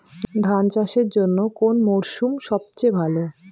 ধান চাষের জন্যে কোন মরশুম সবচেয়ে ভালো?